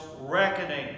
reckoning